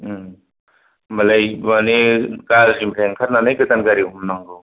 होनबालाय माने गारिनिफ्राय ओंखारनानै गोदान गारि हमनांगौ